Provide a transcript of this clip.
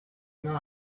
not